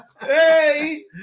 Hey